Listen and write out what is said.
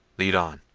lead on!